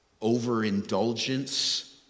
overindulgence